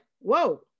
whoa